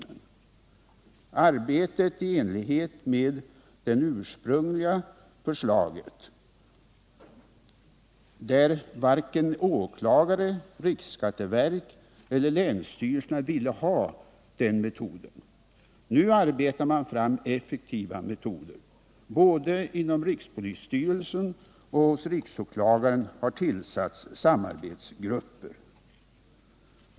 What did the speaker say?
Men jag har inte velat låsa samarbetet i enlighet med det ursprungliga förslaget — varken åklagare, riksskatteverk eller länsstyrelser ville ha den metoden. Nu arbetar man fram effektiva metoder. Både rikspolisstyrelsen och riksåklagaren har redan tillsatt samarbetsgrupper.